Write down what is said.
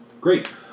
great